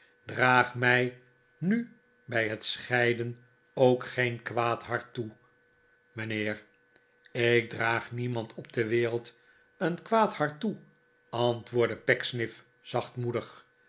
draag mij nu bij het scheiden ook geen kwaad hart toe mijnheer ik draag niemand op de wereld een kwaad hart toe antwoordde